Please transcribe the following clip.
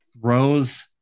throws